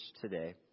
today